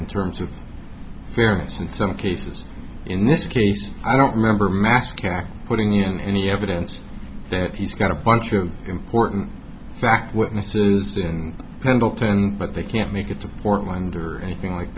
in terms of fairness in some cases in this case i don't remember mask putting in any evidence that he's got a bunch of important fact witnesses didn't pendleton but they can't make it to portland or anything like